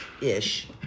ish